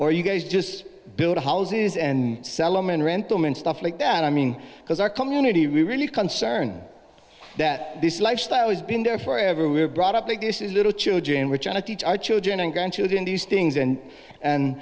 or you guys just build houses and salamon rent them and stuff like that i mean because our community really concerned that this lifestyle has been there forever we're brought up that this is a little children were trying to teach our children and grandchildren these things and and